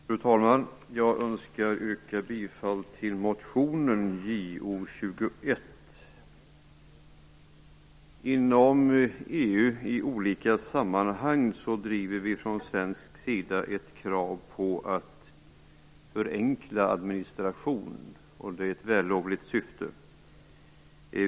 Fru talman! Jag önskar yrka bifall till motionen Inom EU driver vi från svensk sida i olika sammanhang ett krav på att förenkla administrationen, och detta är ett vällovligt syfte.